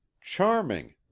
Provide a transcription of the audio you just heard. charming